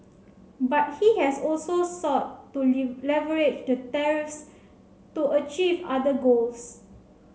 but he has also sought to leverage the tariffs to achieve other goals